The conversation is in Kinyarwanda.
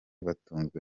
batunzwe